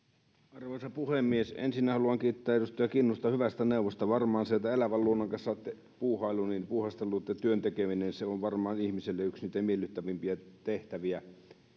arvoisa puhemies ensinnä haluan kiittää edustaja kinnusta hyvästä neuvosta varmaan siellä elävän luonnon kanssa olette puuhastellut ja työtä tehnyt se on varmaan ihmiselle yksi niitä miellyttävimpiä tehtäviä